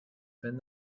been